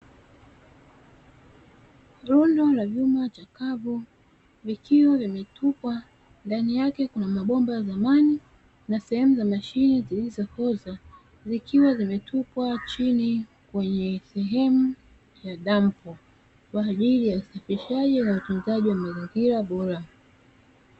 Rundo la vyuma chakavu vikiwa vimetupwa, ndani yake kuna mabomba ya zamani, na sehemu za mashine zilizooza zikiwa zimetupwa chini kwenye sehemu ya dampo kwa ajili ya usafishaji na utunzaji wa mazingira bora.